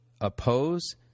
oppose